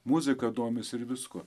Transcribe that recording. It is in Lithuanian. muzika domisi ir viskuo